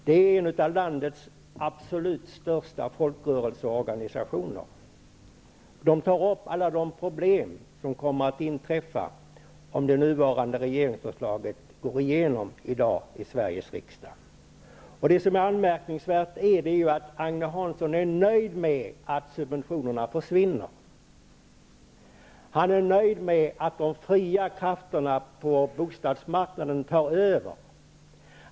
Det är en av landets absolut största folkrörelseorganisationer. Den tar upp alla de problem som kommer att uppstå om det nuvarande regeringsförslaget går igenom i dag i Sveriges riksdag. Det anmärkningsvärda är att Agne Hansson är nöjd med att subventionerna försvinner. Han är nöjd med att de fria krafterna på bostadsmarknaden tar över.